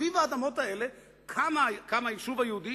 סביב האדמות האלה קם היישוב היהודי,